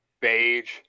Beige